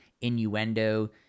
innuendo